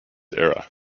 era